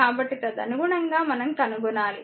కాబట్టి తదనుగుణంగా మనం కనుగొనాలి